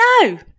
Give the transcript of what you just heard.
No